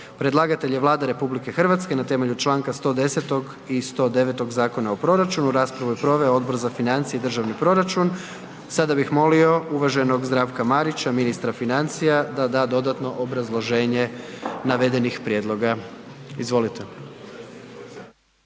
Predlagatelj je Vlada RH na temelju članka 110., i 109. Zakona o proračunu. Raspravu je proveo Odbor za financije i državni proračun. Sada bih molio uvaženog Zdravka Marića, ministra financija da da dodatno obrazloženje navedenih prijedloga. Izvolite.